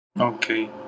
Okay